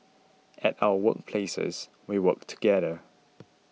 at our work places we work together